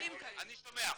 אני שומע,